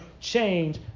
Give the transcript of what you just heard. change